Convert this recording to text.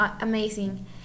amazing